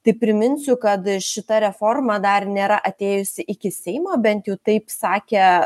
tai priminsiu kad šita reforma dar nėra atėjusi iki seimo bent jau taip sakė